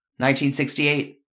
1968